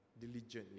Diligently